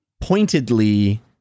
pointedly